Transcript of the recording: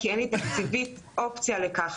כי כלכלית אין לי אופציה לכך,